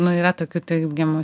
nu yra tokių teigiamų